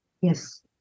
Yes